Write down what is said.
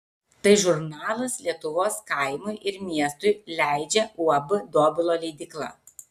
tai žurnalas lietuvos kaimui ir miestui leidžia uab dobilo leidykla